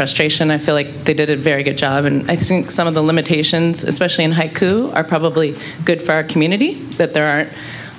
frustration i feel like they did a very good job and i think some of the limitations especially in haiku are probably good for our community that there aren't